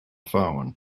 phone